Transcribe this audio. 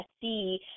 see